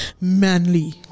manly